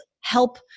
help